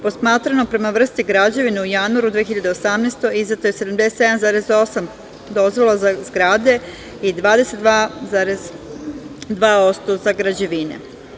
Posmatrano prema vrsti građevine u januaru 2018. godine izdato je 77,8 dozvola za zgrade i 22,2% za građevine.